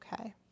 okay